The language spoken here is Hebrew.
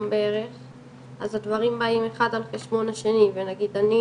בערך אז הדברים באים אחד על חשבון השני ונגיד אני